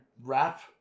wrap